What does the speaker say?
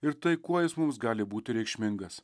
ir tai kuo jis mums gali būti reikšmingas